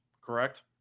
correct